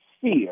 fear